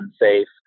unsafe